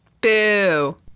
Boo